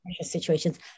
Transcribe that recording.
situations